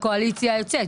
בקואליציה היוצאת.